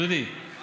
דודי,